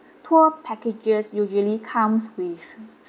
tour packages usually comes with